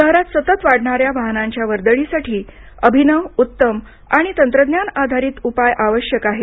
शहरात सतत वाढणाऱ्या वाहनांच्या वर्दळीसाठी अभिनव उत्तम आणि तंत्रज्ञान आधारित उपाय आवश्यक आहे